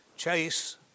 Chase